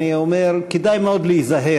אני אומר: כדאי מאוד להיזהר,